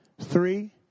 three